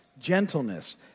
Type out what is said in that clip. gentleness